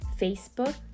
Facebook